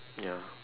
ya